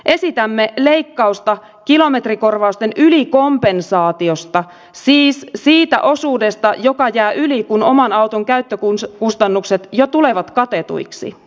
esitämme leikkausta kilometrikorvausten ylikompensaatiosta siis siitä osuudesta joka jää yli kun oman auton käyttökustannukset jo tulevat katetuiksi